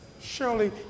Surely